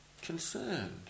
concerned